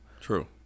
True